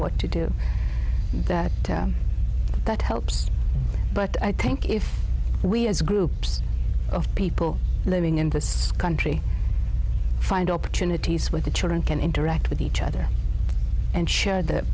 what to do that that helps but i think if we as groups of people living in this country find opportunities with the children can interact with each other and share the